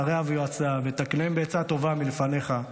שריה ויועציה ותקנם בעצה טובה מלפניך.